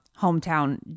hometown